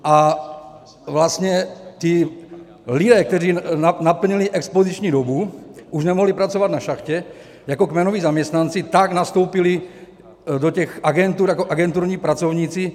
A vlastně ti lidé, kteří naplnili expoziční dobu, už nemohli pracovat na šachtě jako kmenoví zaměstnanci, tak nastoupili do těch agentur jako agenturní pracovníci.